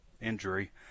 injury